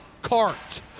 Cart